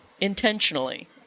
Intentionally